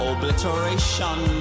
Obliteration